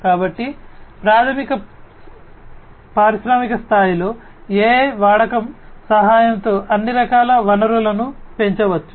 కాబట్టి పారిశ్రామిక స్థాయిలో AI వాడకం సహాయంతో అన్ని రకాల వనరులను పెంచవచ్చు